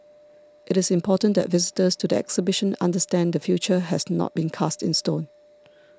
it is important that visitors to the exhibition understand the future has not been cast in stone